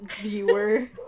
viewer